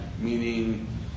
meaning